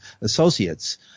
associates